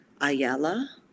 Ayala